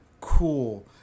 cool